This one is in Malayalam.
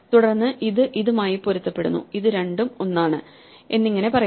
തുടർന്ന് ഇത് ഇതുമായി പൊരുത്തപ്പെടുന്നു ഇത് രണ്ടും ഒന്നാണ് എന്നിങ്ങനെ പറയുന്നു